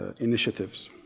ah initiatives.